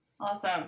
Awesome